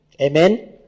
Amen